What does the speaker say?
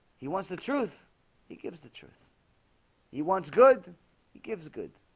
he wants the truth he gives the truth he wants good he gives good